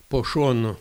po šonu